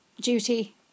duty